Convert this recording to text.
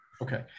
Okay